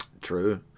True